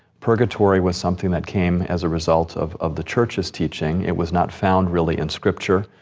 purgatory was something that came as a result of of the church's teaching. it was not found really in scripture.